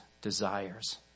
Desires